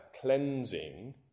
cleansing